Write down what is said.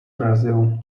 brazil